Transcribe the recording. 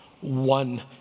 One